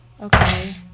Okay